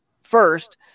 first